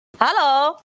Hello